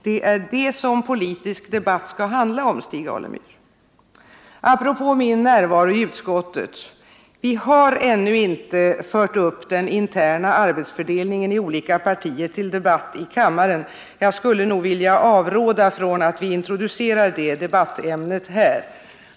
Det är sådant politisk debatt skall handla om, Stig Alemyr. Apropå min närvaro i utskottet: Vi har ännu inte fört upp den interna arbetsfördelningen inom olika partier till debatt här i kammaren. Jag skulle nog vilja avråda från att vi introducerar det debattämnet här.